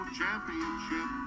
championship